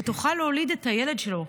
ותוכל להוליד את הילד שלו.